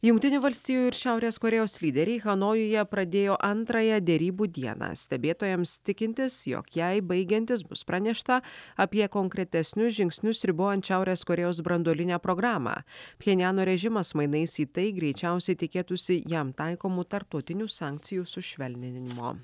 jungtinių valstijų ir šiaurės korėjos lyderiai hanojuje pradėjo antrąją derybų dieną stebėtojams tikintis jog jai baigiantis bus pranešta apie konkretesnius žingsnius ribojant šiaurės korėjos branduolinę programą pchenjano režimas mainais į tai greičiausiai tikėtųsi jam taikomų tarptautinių sankcijų sušvelninimo